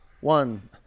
One